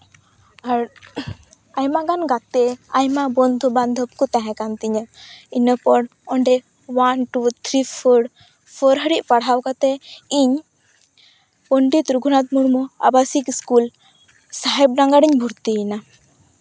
ᱟᱨ ᱟᱭᱢᱟᱜᱟᱱ ᱜᱟᱛᱮ ᱟᱭᱢᱟ ᱵᱚᱱᱫᱷᱩ ᱵᱟᱱᱫᱷᱚᱵ ᱠᱚ ᱛᱟᱦᱮᱸᱠᱟᱱ ᱛᱤᱧᱟᱹ ᱤᱱᱟᱹᱯᱚᱨ ᱚᱸᱰᱮ one two three four four ᱦᱟᱨᱤᱡ ᱯᱟᱲᱦᱟᱣ ᱠᱟᱛᱮ ᱤᱧ ᱯᱚᱱᱰᱤᱛ ᱨᱚᱜᱷᱩᱱᱟᱛᱷ ᱢᱩᱨᱢᱩ ᱟᱵᱟᱥᱤᱠ ᱤᱥᱠᱩᱞ ᱥᱟᱦᱮᱵᱰᱟᱝᱜᱟᱨᱤᱧ ᱵᱷᱩᱨᱛᱤᱭᱮᱱᱟ